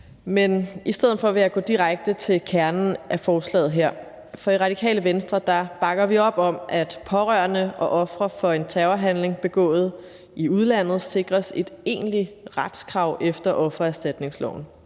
men i stedet for vil jeg gå direkte til kernen af forslaget her. For i Radikale Venstre bakker vi op om, at pårørende og ofre for en terrorhandling begået i udlandet sikres et egentligt retskrav efter offererstatningsloven.